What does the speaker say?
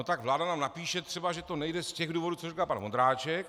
Tak vláda nám napíše třeba, že to nejde z těch důvodů, co říkal pan Vondráček.